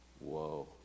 Whoa